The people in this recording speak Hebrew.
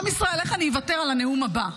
עם ישראל, איך אני אוותר על הנאום הבא?